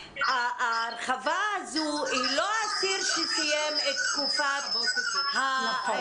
ההרחבה הזו היא לא אסיר שסיים את תקופת הישיבה